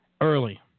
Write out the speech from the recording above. early